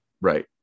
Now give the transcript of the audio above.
right